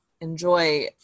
enjoy